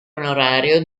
onorario